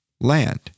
land